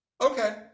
Okay